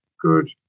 good